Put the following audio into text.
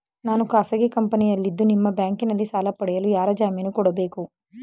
ನಾನು ಖಾಸಗಿ ಕಂಪನಿಯಲ್ಲಿದ್ದು ನಿಮ್ಮ ಬ್ಯಾಂಕಿನಲ್ಲಿ ಸಾಲ ಪಡೆಯಲು ಯಾರ ಜಾಮೀನು ಕೊಡಬೇಕು?